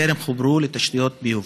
טרם חוברו לתשתיות הביוב.